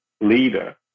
leader